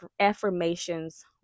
affirmations